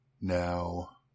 Now